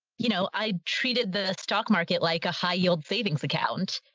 you know, i treated the stock market like a high yield savings account.